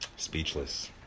Speechless